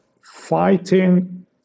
fighting